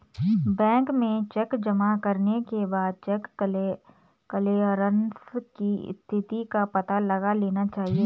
bank में cheque जमा करने के बाद चेक क्लेअरन्स की स्थिति का पता लगा लेना चाहिए